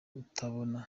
utabona